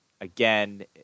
again